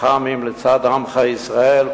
אח"מים לצד עמך ישראל,